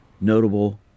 notable